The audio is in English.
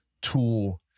tool